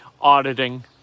auditing